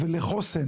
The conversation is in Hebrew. ולחוסן.